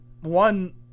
One